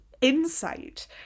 insight